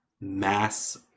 mass